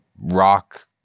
rock